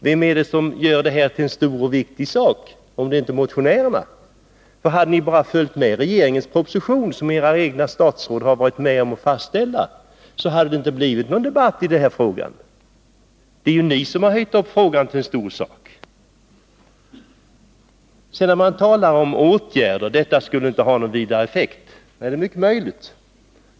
Vilka är det som gör detta till en stor sak om inte motionärerna? Hade ni bara följt regeringens proposition, som era egna statsråd har varit med om att fastställa, hade det inte blivit någon debatt i denna fråga. Det är ju ni som har gjort frågan till en stor sak. Sedan säger man att åtgärderna inte skulle få någon effekt. Det är möjligt.